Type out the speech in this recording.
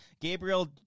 Gabriel